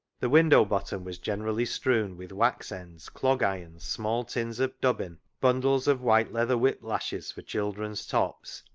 the window bottom was generally strewn with wax ends, clog irons, small tins of dubbin, bundles of white leather whip-lashes for children's tops,